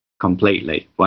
completely